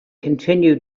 continue